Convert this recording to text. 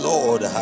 Lord